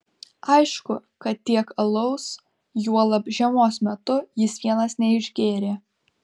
aišku kad tiek alaus juolab žiemos metu jis vienas neišgėrė